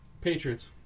Patriots